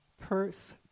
purse